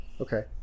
Okay